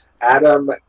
Adam